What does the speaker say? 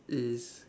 is